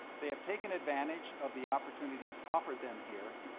they have taken advantage of the opportunities offered them here,